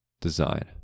design